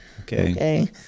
Okay